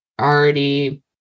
already